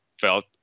felt